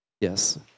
Yes